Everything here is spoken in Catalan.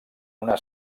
una